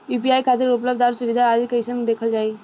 UPI खातिर उपलब्ध आउर सुविधा आदि कइसे देखल जाइ?